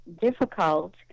difficult